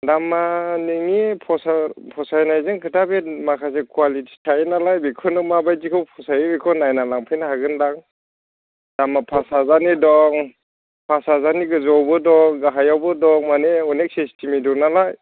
दामआ नोंनि फसायनायजों खोथा बे माखासे कुवालिटि थायो नालाय बेखौनो माबायदिखौ फसायो बेखौ नायनानै लांफैनो हागोन दां दामआ फास हाजारनि दं फास हाजारनि गोजौआवबो दं गाहायावबो दं माने अनेक सिस्टेमनि दं नालाय